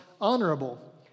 honorable